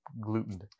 gluten